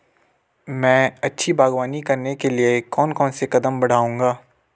मैं अच्छी बागवानी करने के लिए कौन कौन से कदम बढ़ाऊंगा?